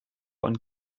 und